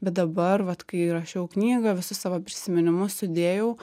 bet dabar vat kai rašiau knygą visus savo prisiminimus sudėjau